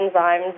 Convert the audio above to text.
enzymes